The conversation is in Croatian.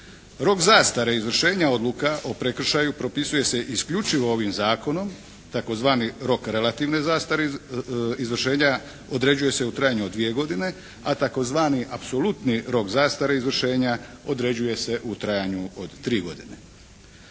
Rok zastare izvršenja odluka o prekršaju propisuje se isključivo ovim zakonom, tzv. rok relativne zastare izvršenja određuje se u trajanju od dvije godine a tzv. apsolutni rok zastare izvršenja određuje se u trajanju od tri godine.